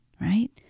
right